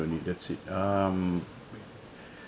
and that's it um